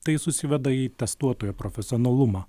tai susiveda į testuotojo profesionalumą